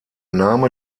name